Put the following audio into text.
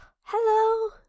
hello